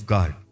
God